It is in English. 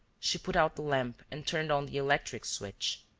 she put out the lamp and turned on the electric switch.